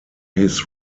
his